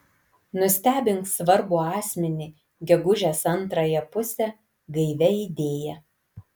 nustebink svarbų asmenį gegužės antrąją pusę gaivia idėja